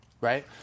right